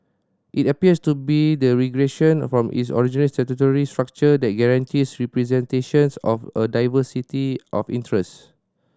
it appears to be a regression from its original statutory structure that guarantees representation of a diversity of interest